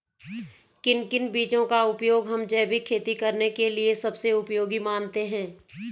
किन किन बीजों का उपयोग हम जैविक खेती करने के लिए सबसे उपयोगी मानते हैं?